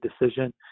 decision